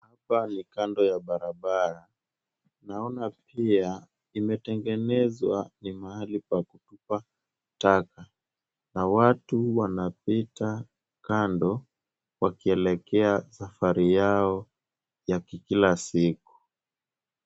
Hapa ni kando ya barabara. Naona pia imetengenezwa ni mahali pa kutupa taka na watu wanapita kando wakielekea safari yao ya kikila siku.